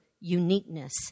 uniqueness